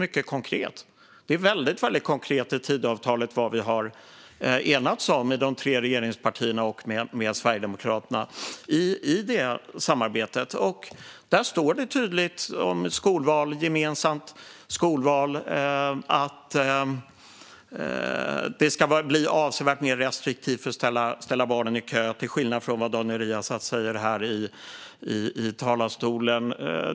Det står väldigt konkret i Tidöavtalet vad vi har enats om i de tre regeringspartierna och med Sverigedemokraterna. Där står det tydligt om gemensamt skolval och att det ska bli avsevärt mer restriktivt när det gäller att ställa barnen i kö, till skillnad från vad Daniel Riazat säger i talarstolen här.